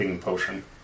potion